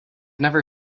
never